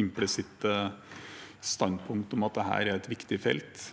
implisitte standpunkt om at dette er et viktig felt,